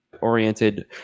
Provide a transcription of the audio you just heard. oriented